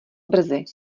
brzy